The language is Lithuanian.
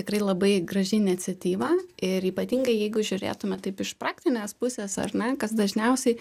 tikrai labai graži iniciatyva ir ypatingai jeigu žiūrėtume taip iš praktinės pusės ar ne kas dažniausiai